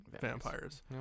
vampires